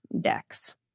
decks